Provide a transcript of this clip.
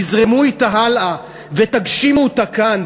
תזרמו אתה הלאה ותגשימו אותה כאן,